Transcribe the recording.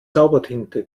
zaubertinte